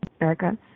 Erica